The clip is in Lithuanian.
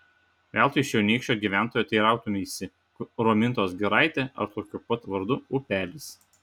veltui čionykščio gyventojo teirautumeisi kur romintos giraitė ar tokiu pat vardu upelis